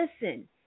listen